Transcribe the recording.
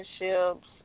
relationships